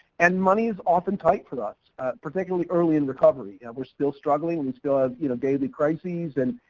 and money is often tight for us particularly early in recovery, and we're still struggling. we still have you know daily crises and,